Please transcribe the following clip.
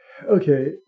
Okay